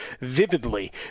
vividly